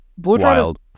Wild